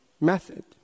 method